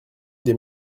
des